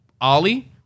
ollie